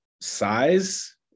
size